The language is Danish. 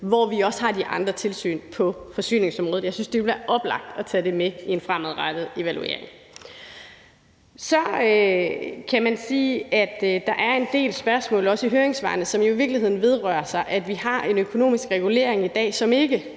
hvor vi også har de andre tilsyn på forsyningsområdet. Jeg synes, at det ville være oplagt at tage det med i en fremadrettet evaluering. Så kan man sige, at der er en del spørgsmål, også i høringssvarene, som jo i virkeligheden vedrører, at vi har en økonomisk regulering i dag, som ikke